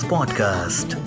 Podcast